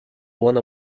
one